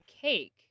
cake